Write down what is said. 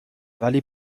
ولی